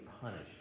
punished